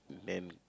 then